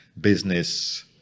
business